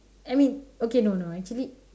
I mean okay no no actually